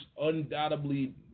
undoubtedly